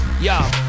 Yo